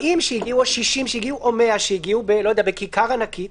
40 או 60 או 100 שהגיעו לכיכר ענקית,